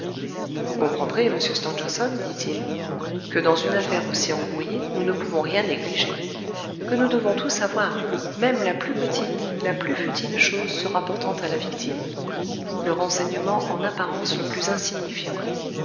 vous comprendrez monsieur stangerson dit-il que dans une affaire aussi embrouillée nous ne pouvons rien négliger que nous devons tout savoir même la plus petite la plus futile chose se rapportant à la victime